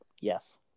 Yes